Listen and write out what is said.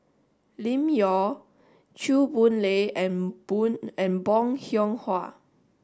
Lim Yau Chew Boon Lay and and Bong Hiong Hwa